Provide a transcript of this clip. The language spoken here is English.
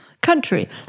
country